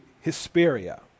Hesperia